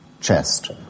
chest